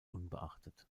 unbeachtet